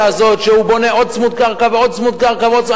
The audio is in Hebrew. הזאת שהוא בונה עוד צמוד-קרקע ועוד צמוד-קרקע ועוד צמוד-קרקע.